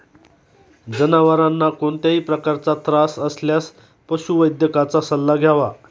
जनावरांना कोणत्याही प्रकारचा त्रास असल्यास पशुवैद्यकाचा सल्ला घ्यावा